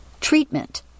Treatment